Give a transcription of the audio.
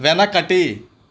వెనకటి